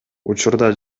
учурда